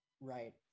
right